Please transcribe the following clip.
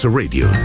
radio